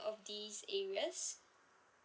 of these areas